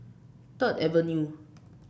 Third Avenue